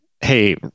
Hey